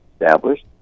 established